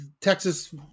Texas